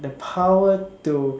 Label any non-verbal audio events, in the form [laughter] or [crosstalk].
the power to [noise]